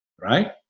right